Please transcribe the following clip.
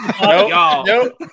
nope